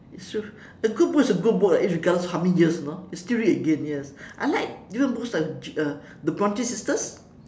it's true a good book is a good book lah irregardless of how many years you know you still read it again yes I like you know books like uh the bronte sisters